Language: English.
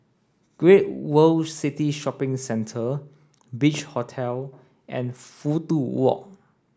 Great World City Shopping Centre Beach Hotel and Fudu Walk